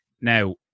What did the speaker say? now